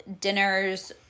dinners